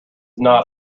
not